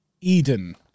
Eden